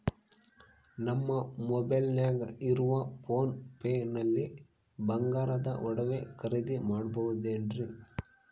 ನಮ್ಮ ಮೊಬೈಲಿನಾಗ ಇರುವ ಪೋನ್ ಪೇ ನಲ್ಲಿ ಬಂಗಾರದ ಒಡವೆ ಖರೇದಿ ಮಾಡಬಹುದೇನ್ರಿ?